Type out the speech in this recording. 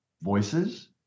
voices